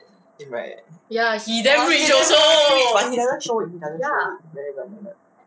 right he damn rich but he doesn't show it he doesn't show it he really doesn't show it